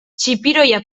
txipiroia